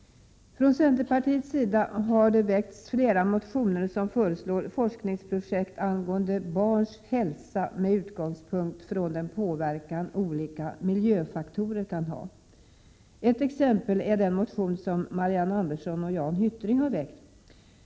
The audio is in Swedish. Från centerpartiets sida har det väckts flera motioner med förslag om forskningsprojekt angående barns hälsa med utgångspunkt i den påverkan olika miljöfaktorer kan ha. Ett exempel är den motion som Marianne Andersson och Jan Hyttring har väckt.